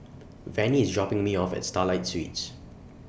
Vannie IS dropping Me off At Starlight Suites